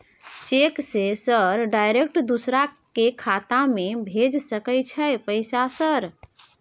Cheque से sir direct दूसरा के खाता में भेज सके छै पैसा सर?